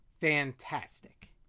fantastic